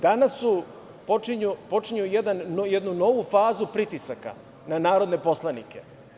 Danas počinju jednu novu fazu pritisaka na narodne poslanike.